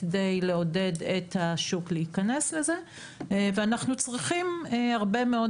כדי לעודד את השוק להיכנס לזה ואנחנו צריכים הרבה מאוד